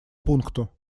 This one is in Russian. пункту